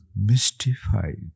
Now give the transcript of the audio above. mystified